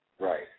Right